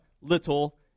little